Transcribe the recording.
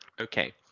Okay